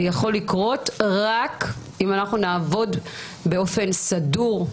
זה יכול לקרות רק אם אנחנו נעבוד באופן סדור,